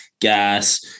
gas